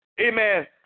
Amen